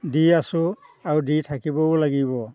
দি আছোঁ আৰু দি থাকিবও লাগিব